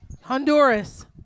Honduras